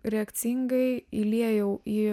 reakcingai įliejau į